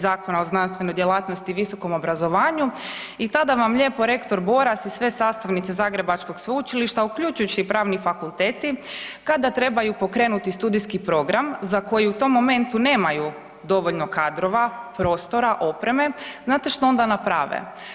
Zakona o znanstvenoj djelatnosti i visokom obrazovanju i tada vam lijepo rektor Boras i sve sastavnice zagrebačkog sveučilišta uključujući i pravni fakulteti, kada trebaju pokrenuti studijski program za koji u tom momentu nemaju dovoljno kadrova, prostora, opreme, znate što onda naprave?